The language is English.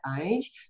age